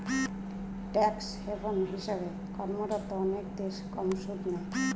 tax haven হিসেবে কর্মরত অনেক দেশ কম সুদ নেয়